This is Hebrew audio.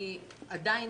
אני עדיין